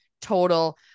total